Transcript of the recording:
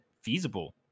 feasible